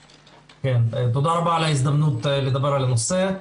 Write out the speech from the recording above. תודה רבה על ההזדמנות לדבר על הנושא.